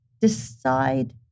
decide